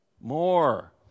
More